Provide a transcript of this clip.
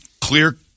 clear